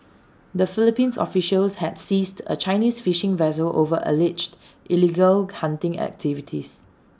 the Philippines officials had seized A Chinese fishing vessel over alleged illegal hunting activities